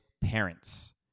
parents